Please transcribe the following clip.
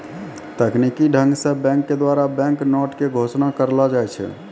तकनीकी ढंग से बैंक के द्वारा बैंक नोट के घोषणा करलो जाय छै